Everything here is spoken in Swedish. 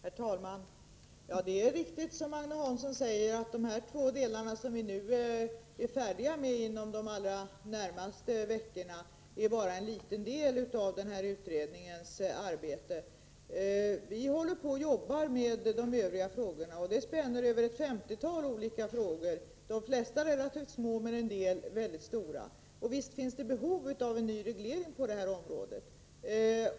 Herr talman! Det är riktigt som Agne Hansson säger att de två avsnitt som kommer att bli färdiga under de allra närmaste veckorna bara utgör en liten del av utredningens arbete. Vi håller på att arbeta med de övriga ca 50 frågorna. De flesta är relativt små, men en del är mycket stora. Visst finns det ett behov av en ny reglering på detta område.